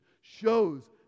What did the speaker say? shows